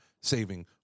saving